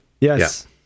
Yes